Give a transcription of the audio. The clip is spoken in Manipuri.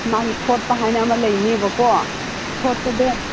ꯃꯥꯒꯤ ꯊꯣꯠꯄ ꯍꯥꯏꯅ ꯑꯃ ꯂꯩꯅꯦꯕꯀꯣ ꯊꯣꯠꯄꯗꯣ